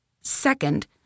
Second